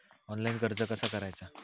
Online कर्ज कसा करायचा?